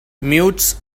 mutes